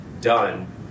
done